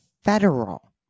federal